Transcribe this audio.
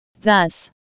Thus